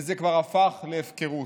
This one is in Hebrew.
וזה כבר הפך להפקרות.